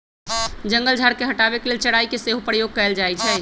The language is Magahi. जंगल झार के हटाबे के लेल चराई के सेहो प्रयोग कएल जाइ छइ